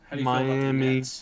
Miami